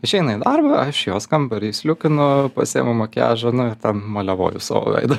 išeina į darbą aš į jos kambarį įsliūkinu pasiimu makiažą nu ir ten maliavoju savo veidą